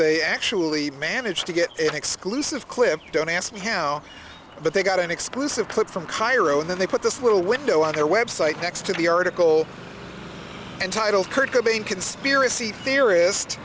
they actually managed to get it exclusive clip don't ask me how but they got an exclusive clip from cairo and then they put this little window on their website next to the article entitled kurt cobain conspiracy theorist